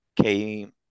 came